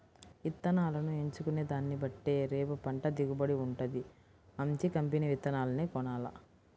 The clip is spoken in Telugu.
ఇత్తనాలను ఎంచుకునే దాన్నిబట్టే రేపు పంట దిగుబడి వుంటది, మంచి కంపెనీ విత్తనాలనే కొనాల